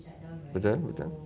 betul betul